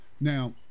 Now